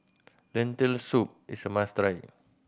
Lentil Soup is a must try